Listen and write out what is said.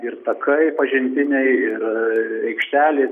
ir takai pažintiniai ir aikštelės